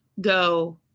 go